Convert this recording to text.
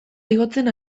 igotzen